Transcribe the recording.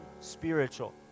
spiritual